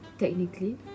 Technically